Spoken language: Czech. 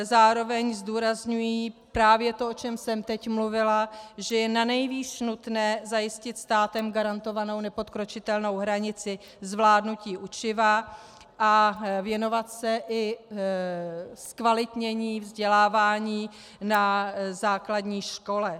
Zároveň zdůrazňují právě to, o čem jsem teď mluvila, že je nanejvýš nutné zajistit státem garantovanou nepodkročitelnou hranici zvládnutí učiva a věnovat se i zkvalitnění vzdělávání na základní škole.